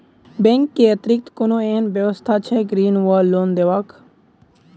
Bank केँ अतिरिक्त कोनो एहन व्यवस्था छैक ऋण वा लोनदेवाक?